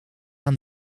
aan